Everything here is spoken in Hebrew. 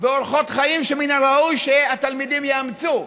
ואורחות חיים שמן הראוי שהתלמידים יאמצו.